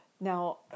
Now